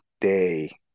day